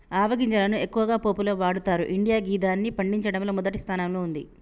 ఆవ గింజలను ఎక్కువగా పోపులో వాడతరు ఇండియా గిదాన్ని పండించడంలో మొదటి స్థానంలో ఉంది